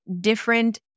Different